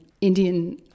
Indian